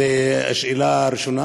זאת השאלה הראשונה.